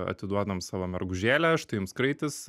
atiduodam savo mergužėlę štai jums kraitis